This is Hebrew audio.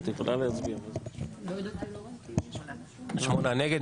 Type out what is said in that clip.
שמונה נגד.